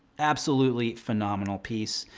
absolutely phenomenal piece.